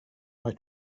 eye